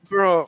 Bro